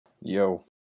Yo